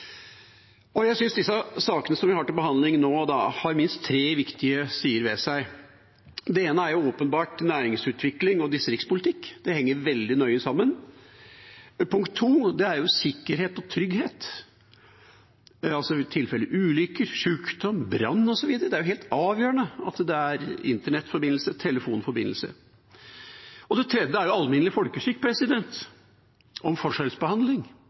Jeg synes at de sakene som vi har til behandling nå, har minst tre viktige sider ved seg. Det ene er næringsutvikling og distriktspolitikk; det henger veldig nøye sammen. Punkt to er sikkerhet og trygghet i tilfelle ulykker, sykdom, brann osv. Da er det helt avgjørende at det er internett- og telefonforbindelse. Det tredje er alminnelig folkeskikk når det gjelder forskjellsbehandling;